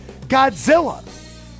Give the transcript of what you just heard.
Godzilla